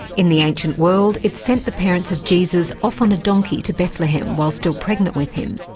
in the ancient world it sent the parents of jesus off on a donkey to bethlehem, while still pregnant with him.